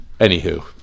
Anywho